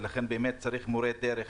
ולכן צריך מורה דרך